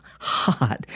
hot